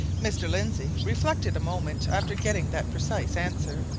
mr. lindsey reflected a moment after getting that precise answer,